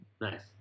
Nice